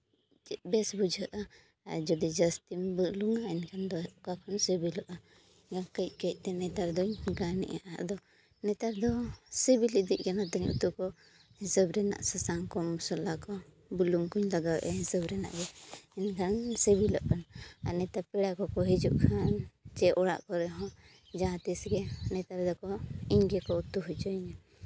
ᱪᱮᱫ ᱵᱮᱥ ᱵᱩᱡᱷᱟᱹᱜᱼᱟ ᱡᱩᱫᱤ ᱡᱟᱹᱥᱛᱤᱢ ᱵᱩᱞᱩᱝᱼᱟ ᱮᱱᱠᱷᱟᱱ ᱫᱚ ᱚᱠᱟ ᱠᱷᱚᱱ ᱥᱤᱵᱤᱞᱚᱜᱼᱟ ᱠᱟᱹᱡ ᱠᱟᱹᱡᱛᱮ ᱱᱮᱛᱟᱨ ᱫᱚᱧ ᱜᱟᱱᱮᱫᱼᱟ ᱟᱫᱚ ᱱᱮᱛᱟᱨ ᱫᱚ ᱥᱤᱵᱤᱞ ᱤᱫᱤᱜ ᱠᱟᱱᱟ ᱛᱤᱱᱟᱹᱜ ᱩᱛᱩ ᱠᱚ ᱦᱤᱥᱟᱹᱵ ᱨᱮᱭᱟᱜ ᱥᱟᱥᱟᱝ ᱠᱚ ᱢᱚᱥᱞᱟ ᱠᱚ ᱵᱩᱞᱩᱝ ᱠᱚᱧ ᱞᱟᱜᱟᱣᱮᱫ ᱛᱮ ᱦᱤᱥᱟᱹᱵ ᱨᱮᱱᱟᱜ ᱜᱮ ᱢᱮᱱᱠᱷᱟᱱ ᱥᱤᱵᱤᱞᱚᱜ ᱠᱟᱱᱟ ᱟᱨ ᱱᱤᱛᱚᱜ ᱯᱮᱲᱟ ᱠᱚᱠᱚ ᱦᱤᱡᱩᱜ ᱠᱷᱟᱱ ᱪᱮ ᱚᱲᱟᱜ ᱠᱚᱨᱮᱦᱚᱸ ᱡᱟᱦᱟᱸᱛᱤᱥ ᱜᱮ ᱱᱮᱛᱟᱨ ᱫᱚᱠᱚ ᱤᱧᱜᱮᱠᱚ ᱩᱛᱩ ᱦᱚᱪᱚᱧᱟ